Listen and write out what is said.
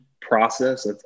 process